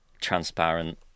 transparent